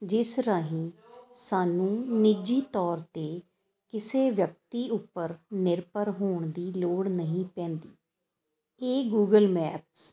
ਜਿਸ ਰਾਹੀਂ ਸਾਨੂੰ ਨਿੱਜੀ ਤੌਰ 'ਤੇ ਕਿਸੇ ਵਿਅਕਤੀ ਉੱਪਰ ਨਿਰਭਰ ਹੋਣ ਦੀ ਲੋੜ ਨਹੀਂ ਪੈਂਦੀ ਇਹ ਗੂਗਲ ਮੈਪਸ